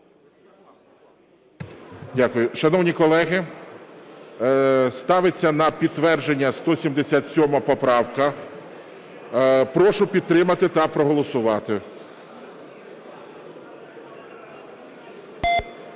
Дякую. Шановні колеги, ставиться на підтвердження 177 поправка. Прошу підтримати та проголосувати.